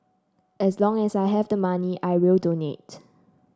as long as I have the money I will donate